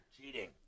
cheating